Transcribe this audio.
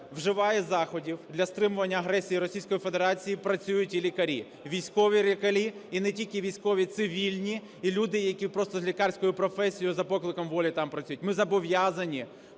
вживає заходів для стримування агресії Російської Федерації, працюють і лікарі, військові лікарі, і не тільки військові, цивільні, і люди, які просто з лікарською професією за покликом волі там працюють. Ми зобов'язані